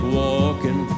walking